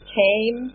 came